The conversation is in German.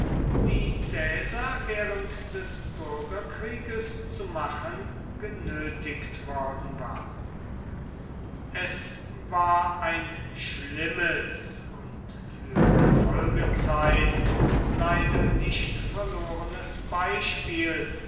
die caesar während des bürgerkrieges zu machen genötigt worden war es war ein schlimmes und für die folgezeit leider nicht verlorenes beispiel